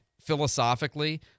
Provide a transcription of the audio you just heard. philosophically